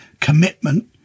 commitment